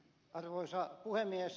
arvoisa puhemies